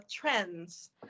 trends